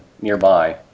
nearby